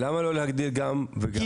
למה לא להגדיל גם וגם?